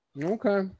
Okay